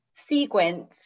sequence